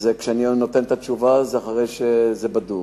כשאני נותן את התשובה, זה בדוק.